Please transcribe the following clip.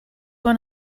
one